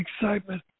excitement